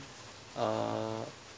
uh